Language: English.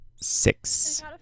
Six